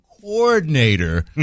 coordinator